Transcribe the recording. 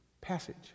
passage